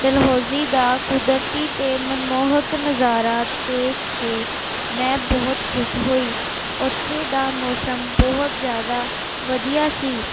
ਡਲਹੌਜ਼ੀ ਦਾ ਕੁਦਰਤੀ ਅਤੇ ਮਨਮੋਹਕ ਨਜ਼ਾਰਾ ਦੇਖ ਕੇ ਮੈਂ ਬਹੁਤ ਖੁਸ਼ ਹੋਈ ਉੱਥੇ ਦਾ ਮੌਸਮ ਬਹੁਤ ਜ਼ਿਆਦਾ ਵਧੀਆ ਸੀ